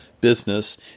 business